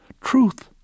Truth